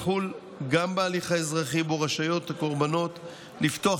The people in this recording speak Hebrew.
ויחול גם בהליך האזרחי שבו רשאיות הקורבנות לפתוח